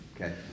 okay